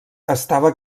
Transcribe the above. estava